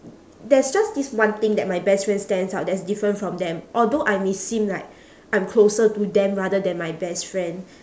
there's just this one thing that my best friend stands out that is different from them although I may seem like I'm closer to them rather than my best friend